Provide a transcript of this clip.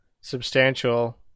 substantial